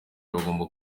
bagakomeza